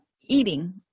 eating